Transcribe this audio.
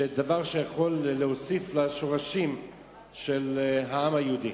דבר שיכול להוסיף לשורשים של העם היהודי.